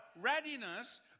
readiness